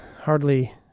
hardly